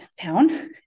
town